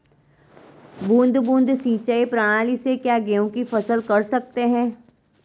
बूंद बूंद सिंचाई प्रणाली से क्या गेहूँ की फसल कर सकते हैं?